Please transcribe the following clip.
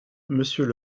monsieur